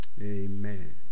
Amen